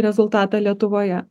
rezultatą lietuvoje